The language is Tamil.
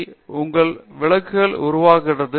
நுகர்வு எங்கே எப்படி உங்கள் விளக்குகளை உருவாக்குவது